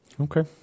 Okay